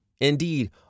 Indeed